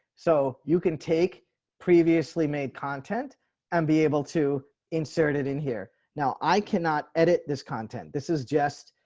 so you can take previously made content and be able to insert it in here. now, i cannot edit this content. this is just